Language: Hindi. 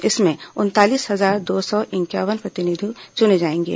इसमें उनतालीस हजार दो सौ इंक्यावन प्रतिनिधि चुने जाएंगे